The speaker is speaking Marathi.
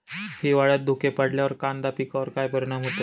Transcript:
हिवाळ्यात धुके पडल्यावर कांदा पिकावर काय परिणाम होतो?